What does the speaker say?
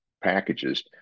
packages